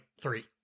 three